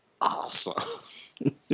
awesome